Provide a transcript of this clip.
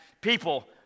people